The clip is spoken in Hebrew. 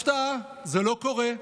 הפתעה, זה לא קורה,